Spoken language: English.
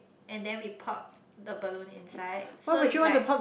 and then we pop the balloon inside it's like